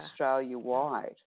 Australia-wide